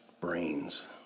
brains